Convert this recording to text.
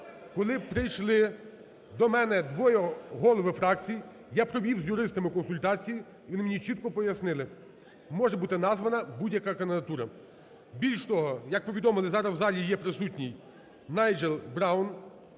коли прийшли до мене двоє голови фракцій, я провів з юристами консультації і вони мені чітко пояснили: може бути названа будь-яка кандидатура. Більш того, як повідомили, зараз в залі є присутній Найджел Браун